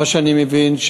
מה שאני מבין,